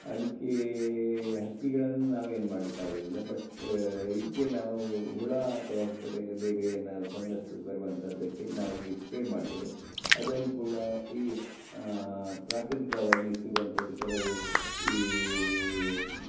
ಅದಕ್ಕೆ ಹಕ್ಕಿಗಳನ್ನು ನಾವೇನು ಮಾಡಲಿಕ್ಕಾಗೋದಿಲ್ಲ ಬಟ್ ಇದಕ್ಕೆ ನಾವು ಹುಳ ಅಥವಾ ಹುಪ್ಪಟೆ ಬೇರೆ ಏನಾದರೂ ಫಂಗಸ್ ಬರುವಂಥದ್ದಕ್ಕೆ ನಾವು ಈ ಸ್ಪ್ರೇ ಮಾಡ್ತೇವೆ ಅದ್ರಲ್ಲಿ ಕೂಡ ಈ ಪ್ರಾಕೃತಿಕವಾಗಿ ಸಿಗುವಂಥದ್ದು ಕೆಲವು ಈ